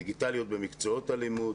דיגיטליות במקצועות הלימוד,